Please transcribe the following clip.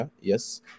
yes